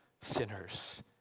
sinners